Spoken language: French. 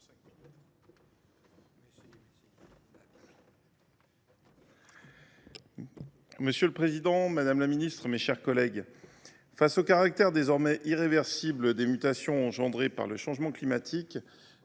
Monsieur le président, madame la ministre, mes chers collègues, face au caractère désormais irréversible des mutations entraînées par le changement climatique,